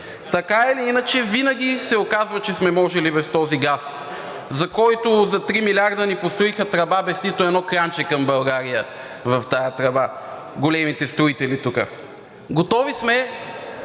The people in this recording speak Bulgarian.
Така или иначе винаги се оказва, че сме можели без този газ, за който за три милиарда построиха тръба без нито едно кранче към България в тази тръба – големите строители тук. Готови сме,